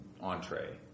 entree